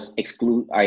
exclude